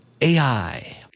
AI